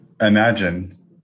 imagine